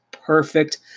perfect